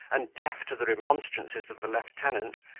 and deaf to the remonstrances of the lieutenant,